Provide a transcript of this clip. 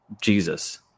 Jesus